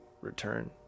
return